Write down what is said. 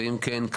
ואם כן,